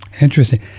interesting